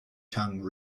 tongue